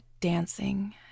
dancing